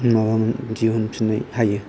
दिहुनफिननो हायो